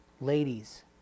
ladies